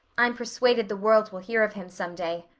i'm persuaded the world will hear of him some day,